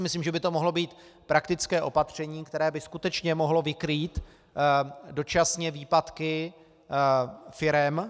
Myslím, že by to mohlo být praktické opatření, které by skutečně mohlo vykrýt dočasně výpadky firem.